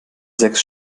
sechs